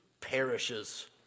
perishes